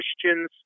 Christians